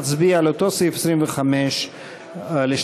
אנחנו נמשוך את שאר ההסתייגויות לסעיף 25. תודה.